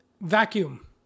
vacuum